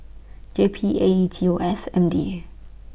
J P A E T O S M D A